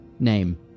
Name